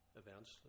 events